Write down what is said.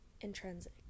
intrinsic